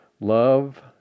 Love